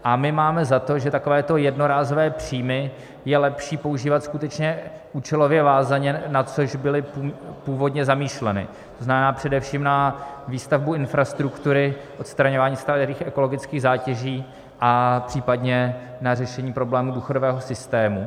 A my máme za to, že takovéto jednorázové příjmy je lepší používat skutečně účelově vázaně, na což byly původně zamýšleny, to znamená především na výstavbu infrastruktury, odstraňování starých ekologických zátěží a případně na řešení problémů důchodového systému.